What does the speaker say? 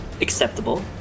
acceptable